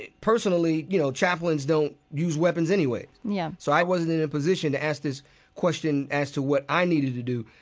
personally, you know, chaplains don't use weapons anyway. yeah so i wasn't in a position to ask this question as to what i needed to do.